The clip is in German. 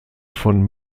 von